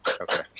Okay